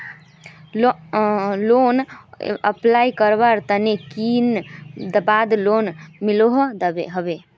Loan apply करवार कते दिन बाद लोन मिलोहो होबे?